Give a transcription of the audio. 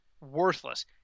Worthless